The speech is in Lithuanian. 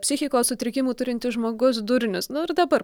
psichikos sutrikimų turintis žmogus durnius nu ir dabar